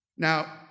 Now